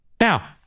Now